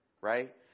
Right